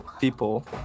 people